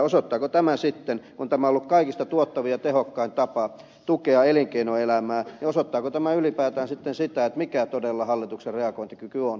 osoittaako tämä sitten kun tämä on ollut kaikkein tuottavin ja tehokkain tapa tukea elinkeinoelämää ylipäätään sitä mikä todella hallituksen reagointikyky on